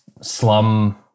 slum